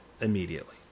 immediately